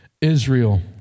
Israel